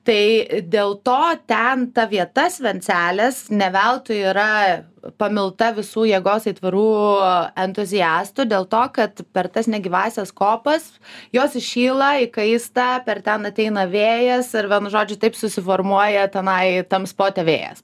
tai dėl to ten ta vieta svencelės ne veltui yra pamilta visų jėgos aitvarų entuziastų dėl to kad per tas negyvąsias kopas jos įšyla įkaista per ten ateina vėjas ir vienu žodžiu tai susiformuoja tenai tam spote vėjas